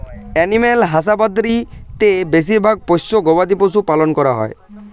animal husbandry তে বেশিরভাগ পোষ্য গবাদি পশু পালন করা হয়